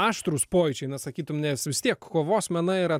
aštrūs pojūčiai na sakytum nes vis tiek kovos menai yra